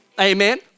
amen